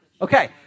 Okay